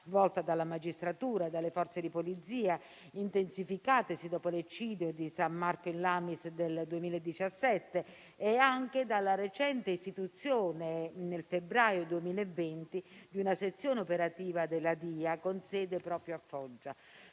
svolta dalla magistratura e dalle Forze di polizia, intensificatasi dopo l'eccidio di San Marco in Lamis del 2017, e anche la recente istituzione, nel febbraio 2020, di una sezione operativa della DIA con sede proprio a Foggia.